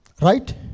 Right